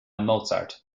mozart